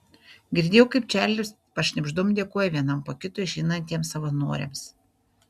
girdėjau kaip čarlis pašnibždom dėkoja vienam po kito išeinantiems savanoriams